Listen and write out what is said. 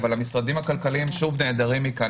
אבל המשרדים הכלכליים שוב נעדרים מכאן